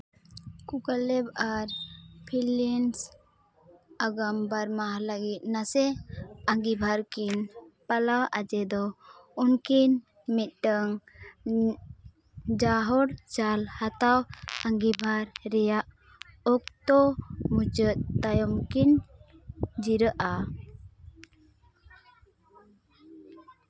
ᱠᱩᱠᱟᱨᱞᱮᱵᱷ ᱟᱨ ᱯᱷᱤᱞᱤᱢᱥ ᱟᱜᱟᱢ ᱵᱟᱨ ᱢᱟᱦᱟ ᱞᱟᱹᱜᱤᱫ ᱱᱟᱥᱮ ᱟᱹᱜᱤᱵᱷᱟᱨ ᱠᱤᱱ ᱯᱟᱞᱟᱣ ᱚᱡᱮ ᱫᱚ ᱩᱱᱠᱩᱱᱤ ᱢᱤᱫᱴᱟᱝ ᱡᱟᱦᱚᱲ ᱪᱟᱞ ᱦᱟᱛᱟᱣ ᱟᱹᱜᱤᱵᱷᱟᱨ ᱨᱮᱭᱟᱜ ᱚᱠᱛᱚ ᱢᱩᱪᱟᱹᱫ ᱛᱟᱭᱚᱢ ᱠᱤᱱ ᱡᱤᱨᱟᱹᱜᱼᱟ